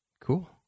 Cool